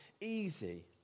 easy